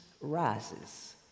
rises